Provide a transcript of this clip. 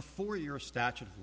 for your statute of